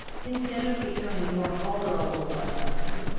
instead of becoming more tolerable by custom,